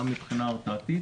גם מבחינה הרתעתית